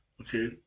Okay